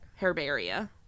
Herbaria